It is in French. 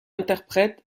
interprète